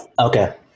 Okay